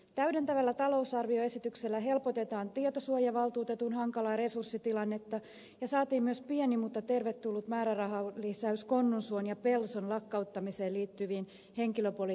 täydentävällä talousarvioesityksellä helpotetaan tietosuojavaltuutetun hankalaa resurssitilannetta ja saatiin myös pieni mutta tervetullut määrärahalisäys konnunsuon ja pelson lakkauttamiseen liittyviin henkilöpoliittisiin tukitoimiin